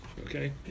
Okay